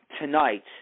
tonight